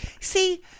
See